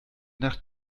nach